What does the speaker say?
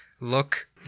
look